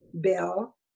Bill